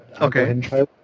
Okay